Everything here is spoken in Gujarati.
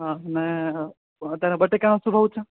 હા ને અત્યારે બટેકાનો શું ભાવ છે